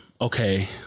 Okay